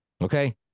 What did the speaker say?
Okay